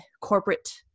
corporate